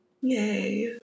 Yay